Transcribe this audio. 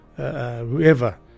Whoever